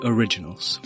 Originals